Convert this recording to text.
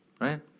right